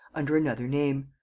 under another name.